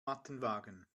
mattenwagen